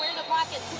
the pocket